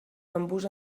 bambús